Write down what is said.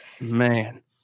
man